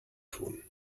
tun